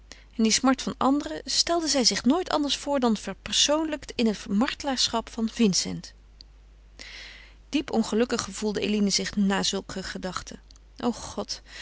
en die smart van anderen stelde zij zich nooit anders voor dan verpersoonlijkt in het martelaarsschap van vincent diep ongelukkig gevoelde eline zich na zulke gedachten o god